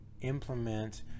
implement